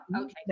Okay